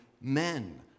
men